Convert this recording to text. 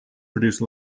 produced